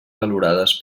valorades